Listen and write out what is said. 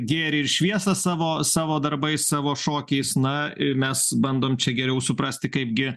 gėrį ir šviesą savo savo darbais savo šokiais na ir mes bandom čia geriau suprasti kaipgi